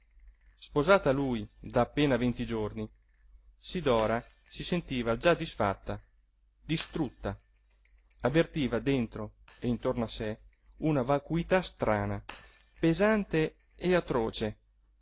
a lui da appena venti giorni sidora si sentiva già disfatta distrutta avvertiva dentro e intorno a sé una vacuità strana pesante e atroce